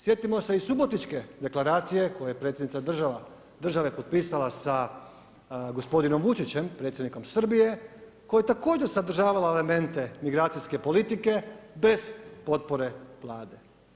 Sjetimo se i Subotičke deklaracije koje je predsjednica države potpisala sa g. Vučićem predsjednikom Srbije, koje je također sadržavala elemente migracijske politike bez potpore vlade.